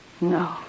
No